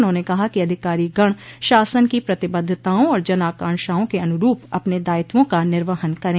उन्होंने कहा कि अधिकारीगण शासन की प्रतिबद्धताओं और जनआकांक्षाओं के अनुरूप अपने दायित्वों का निवर्हन करें